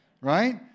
right